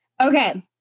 Okay